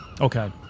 Okay